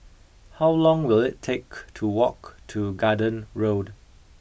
how long will it take to walk to Garden Road